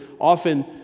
often